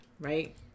Right